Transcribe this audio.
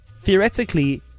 Theoretically